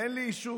אין לי אישור.